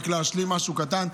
רק להשלים משהו קטן,